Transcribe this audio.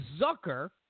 Zucker